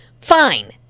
fine